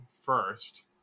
first